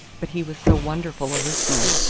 but he was so wonderful a listener!